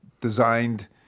designed